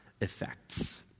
effects